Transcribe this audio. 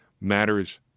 matters